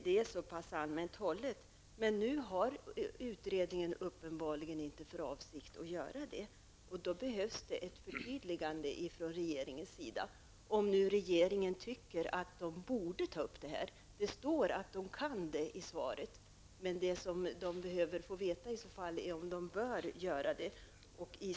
Det är så pass allmänt hållet. Nu har utredningen uppenbarligen inte för avsikt att göra det, och då behövs ett förtydligande från regeringen om man nu tycker att denna fråga borde tas upp. Det står att man kan det i svaret, men det dessa människor i så fall behöver få veta är om de bör göra det.